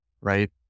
right